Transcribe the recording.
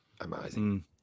amazing